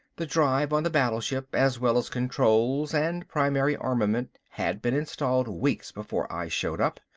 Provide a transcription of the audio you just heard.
the drive on the battleship, as well as controls and primary armament had been installed weeks before i showed up.